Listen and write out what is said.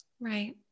Right